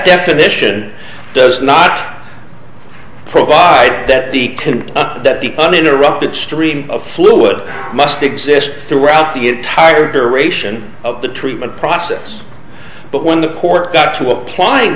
definition does not provide that the can up that the uninterrupted stream of fluid must exist throughout the entire duration of the treatment process but when the court got to applying